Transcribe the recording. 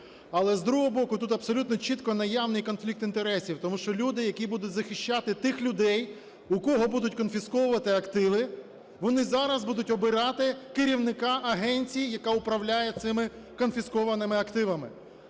Але, з другого боку, тут абсолютно чітко наявний конфлікт інтересів, тому що люди, які будуть захищати тих людей, у кого будуть конфісковувати активи, вони зараз будуть обирати керівника агенції, яка управляє цими конфіскованими активами.